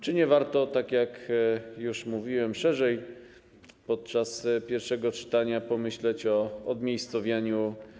Czy nie warto - tak jak już mówiłem szerzej podczas pierwszego czytania - pomyśleć o odmiejscowieniu?